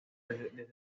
desde